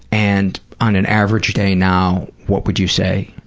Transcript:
and on an average day now, what would you say?